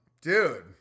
Dude